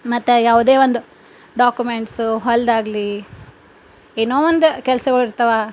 ಮತ್ತು ಯಾವುದೇ ಒಂದು ಡಾಕ್ಯುಮೆಂಟ್ಸು ಹೊಲದ್ದಾಗ್ಲಿ ಏನೋ ಒಂದು ಕೆಲ್ಸಗಳ್ ಇರ್ತವ